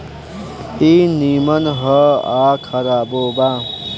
ई निमन ह आ खराबो बा